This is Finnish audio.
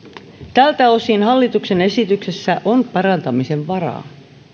tältä osin hallituksen esityksessä on parantamisen varaa